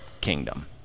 kingdom